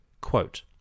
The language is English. Quote